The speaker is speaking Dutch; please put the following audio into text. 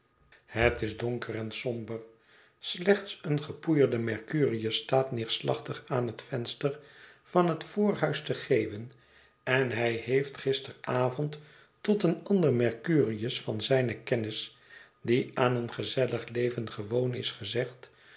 het is donhet verlaten huis ker en somber slechts een gepoeierde mereurius staat neerslachtig aan het venster van het voorhuis te geeuwen en hij heeft gisteravond tot een ander mereurius van zijne kennis die aan een gezellig leven gewoon is gezegd